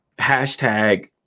hashtag